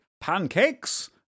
pancakes